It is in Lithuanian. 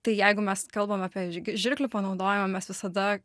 tai jeigu mes kalbam apie žig žirklių panaudojimą mes visada